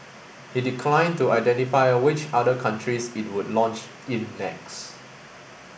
he declined to identify which other countries it would launch in next